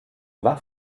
war